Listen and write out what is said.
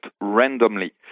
randomly